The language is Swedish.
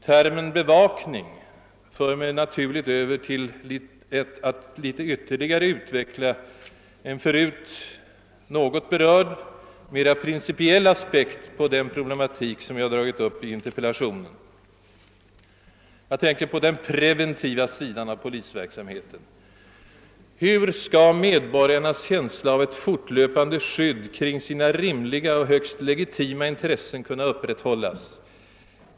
Termen »bevakning» för mig naturligen över till att litet ytterligare utveckla en här förut något berörd, mera principiell aspekt på den problematik jag dragit upp i interpellationen. Jag tänker på den preventiva sidan av polisverksamheten. Hur skall medborgarnas känsla av ett fortlöpande skydd kring sina rimliga och högst legitima intressen kunna upprätthållas?